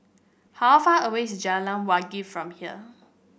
how far away is Jalan Wangi from here